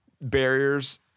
barriers